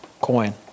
coin